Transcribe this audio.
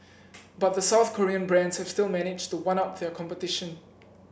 but the South Korean brands have still managed to one up their competition